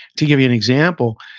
to give you an example,